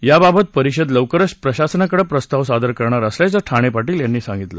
याबाबत परिषद लवकरच शासनाकडे प्रस्ताव सादर करणार असल्याचं ठाले पाटील यांनी सांगितलं